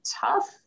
tough